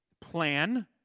plan